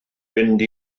fynd